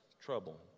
trouble